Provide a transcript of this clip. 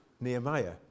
Nehemiah